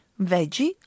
Veggie